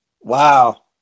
Wow